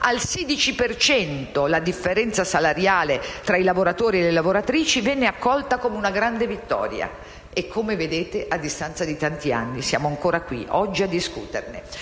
cento la differenza salariale tra i lavoratori e le lavoratrici venne accolta come una vittoria. Come vedete, a distanza di tanti anni, oggi siamo ancora qui a discuterne,